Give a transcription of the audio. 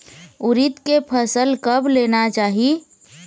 उरीद के फसल कब लेना चाही?